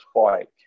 spike